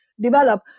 develop